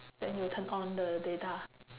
then you will turn on the data